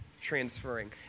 transferring